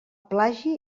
plagi